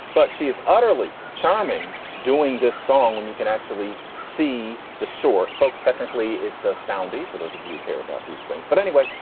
but she is utterly charming doing this song when you can actually see the short folks. technically, it's a saudi for those of you care about these things. but anyway,